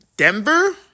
Denver